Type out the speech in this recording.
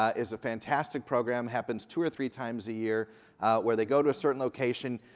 ah is a fantastic program, happens two or three times a year where they go to a certain location.